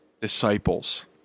disciples